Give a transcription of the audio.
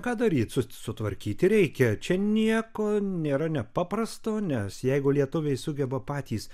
ką daryt su sutvarkyti reikia čia nieko nėra nepaprasto nes jeigu lietuviai sugeba patys